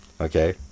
okay